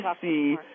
see